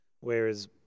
Whereas